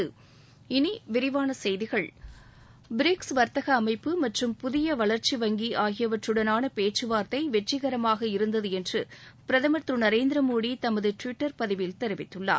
இனி விரிவான செய்திகள் பிரிக்ஸ் வர்த்தக அமைப்பு மற்றும் புதிய வளர்ச்சி வங்கி ஆகியவற்றுடனான பேச்சுவார்த்தை வெற்றிகரமாக இருந்தது என்று பிரதமர் திரு நரேந்திர மோடி தனது டுவிட்டர் பதிவில் தெரிவித்துள்ளார்